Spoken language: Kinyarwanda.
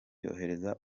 yohereza